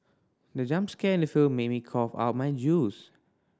the jump scare in the film made me cough out my juice